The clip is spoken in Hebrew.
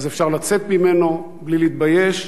אז אפשר לצאת ממנו בלי להתבייש.